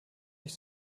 ich